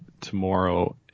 tomorrow